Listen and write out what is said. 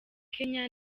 kenya